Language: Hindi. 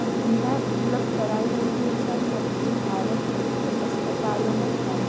सुविधा उपलब्ध कराई गई थीं उस टाइम जब कि भारत के अस्पतालों में कम